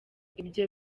ibyo